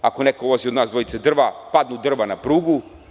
Ako neko vozi od nas drva, padnu drva na prugu.